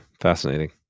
fascinating